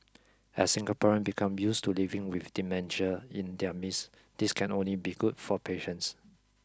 as Singaporeans become used to living with dementia in their midst this can only be good for patients